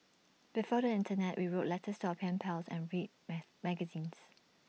before the Internet we wrote letters to our pen pals and read maze magazines